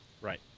Right